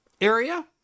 area